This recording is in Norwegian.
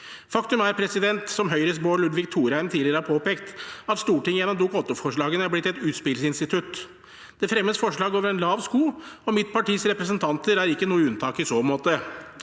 Faktum er, som Høyres Bård Ludvig Thorheim tidligere har påpekt, at Stortinget gjennom Dokument 8-forslagene er blitt et utspillsinstitutt. Det fremmes forslag over en lav sko, og mitt partis representanter er ikke noe unntak i så måte.